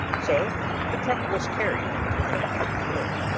so the trunk was carried into imogen's room,